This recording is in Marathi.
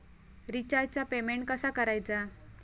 रिचार्जचा पेमेंट कसा करायचा?